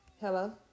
Hello